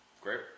Great